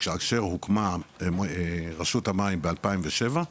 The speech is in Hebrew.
כאשר הוקמה רשות המים ב- 2007,